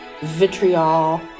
vitriol